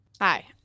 Hi